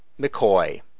McCoy